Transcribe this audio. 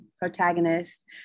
protagonist